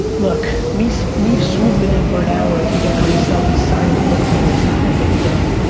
look, me so me swooping in for an hour, taking a couple selfies, signing a book for you, it's not gonna get it done,